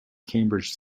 cambridge